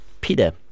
Peter